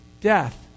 death